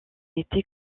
été